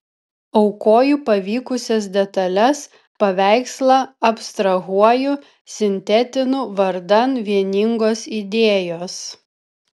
aukoju pavykusias detales paveikslą abstrahuoju sintetinu vardan vieningos idėjos